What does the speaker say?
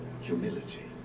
Humility